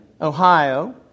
Ohio